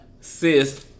Sis